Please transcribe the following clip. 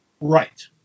Right